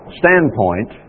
standpoint